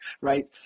right